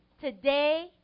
today